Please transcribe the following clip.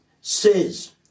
says